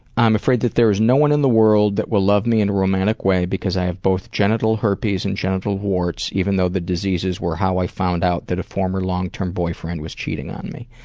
i'm afraid that there is no one in the world that will love me in a romantic way because i have both genital herpes and genital warts, even though the diseases were how i found out that a former long-term boyfriend was cheating on me.